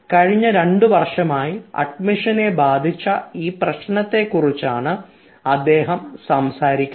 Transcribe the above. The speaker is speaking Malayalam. കഴിഞ്ഞ രണ്ടു വർഷമായി അഡ്മിഷനെ ബാധിച്ച ഈ പ്രശ്നത്തെക്കുറിചാണ് അദ്ദേഹം സംസാരിക്കുന്നത്